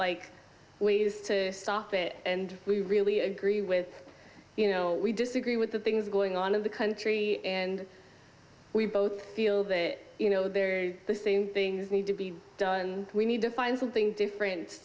like ways to stop it and we really agree with you know we disagree with the things going on of the country and we both feel that you know they're saying things need to be done and we need to find something different